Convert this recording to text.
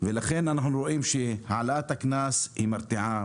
ולכן אנחנו רואים שהעלאת הקנס היא מרתיעה,